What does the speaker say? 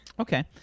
Okay